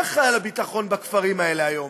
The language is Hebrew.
מי אחראי לביטחון בכפרים האלה היום?